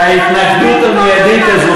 אבל אני חושב שההתנגדות המיידית הזאת,